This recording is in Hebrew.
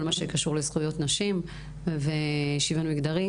מה שקשור לזכויות נשים ושוויון מגדרי,